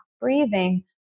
Breathing